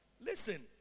Listen